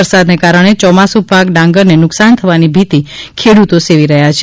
વરસાદને કારણે ચોમાસું પાક ડાંગરને નુકસાન થવાની ભીતી ખેડૂતો સેવી રહ્યાં છે